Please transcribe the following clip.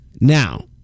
Now